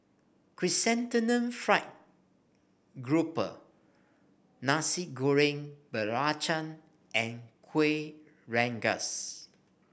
Chrysanthemum Fried Grouper Nasi Goreng Belacan and Kueh Rengas